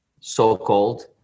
so-called